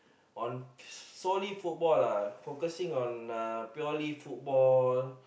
on solely football lah focusing on uh purely football